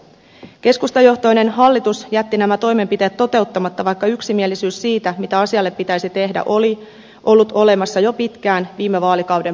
keskustajohtoinen hallitus jätti nämä toimenpiteet toteuttamatta vaikka yksimielisyys siitä mitä asialle pitäisi tehdä oli ollut olemassa jo pitkään viime vaalikauden puolella